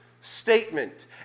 statement